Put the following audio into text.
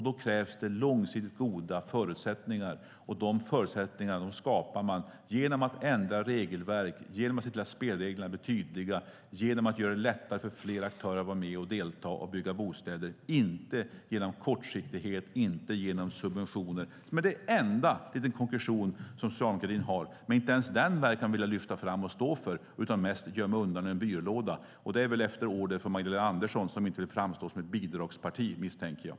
Då krävs det långsiktigt goda förutsättningar, och de förutsättningarna skapar man genom att ändra regelverk, genom att se till att spelreglerna blir tydliga och genom att göra det lättare för fler aktörer att vara med och delta och bygga bostäder - inte genom kortsiktighet och subventioner, som är den enda lilla konkretion socialdemokratin har. Inte ens den verkar de dock vilja lyfta fram och stå för utan mest gömma undan i en byrålåda. Det är väl efter order från Magdalena Andersson, som jag misstänker inte vill att Socialdemokraterna ska framstå som ett bidragsparti.